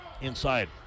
Inside